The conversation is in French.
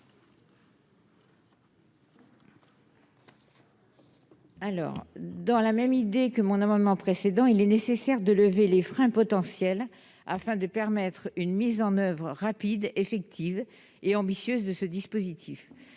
dans la lignée de mon amendement précédent. Il est nécessaire de lever les freins potentiels, afin de permettre une mise en oeuvre rapide, effective et ambitieuse de ce dispositif.